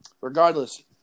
regardless